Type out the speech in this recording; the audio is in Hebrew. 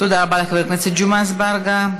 תודה רבה לחבר הכנסת ג'מעה אזברגה.